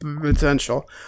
potential